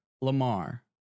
Lamar